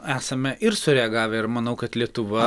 esame ir sureagavę ir manau kad lietuva